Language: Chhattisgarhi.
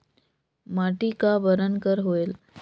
माटी का बरन कर होयल?